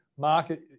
market